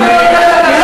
האתיופים,